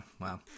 wow